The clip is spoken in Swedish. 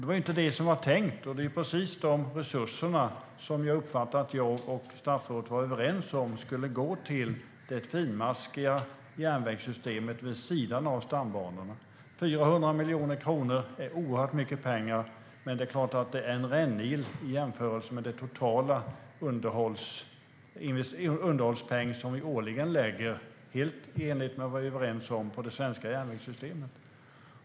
Det var inte detta som var tänkt, och det är precis de resurser som jag uppfattar att jag och statsrådet var överens om skulle gå till det finmaskiga järnvägssystemet vid sidan av stambanorna. 400 miljoner kronor är oerhört mycket pengar, men det är en rännil i jämförelse med den totala underhållspeng som vi årligen lägger, helt i enlighet med vad vi var överens om, på det svenska järnvägssystemet.